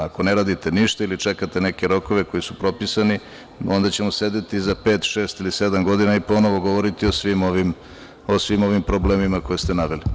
Ako ne radite ništa ili čekate neke rokove, koji su propisani, onda ćemo sedeti za pet, šest ili sedam godina i ponovo govoriti o svim ovim problemima koje ste naveli.